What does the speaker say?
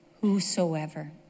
whosoever